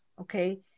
okay